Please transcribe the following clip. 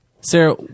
Sarah